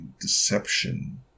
Deception